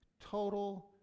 total